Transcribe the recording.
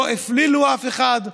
לא הפלילו אף אחד,